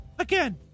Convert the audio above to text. Again